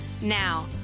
Now